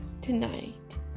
tonight